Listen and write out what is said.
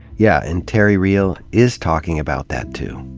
yeah and terry real is talking about that, too.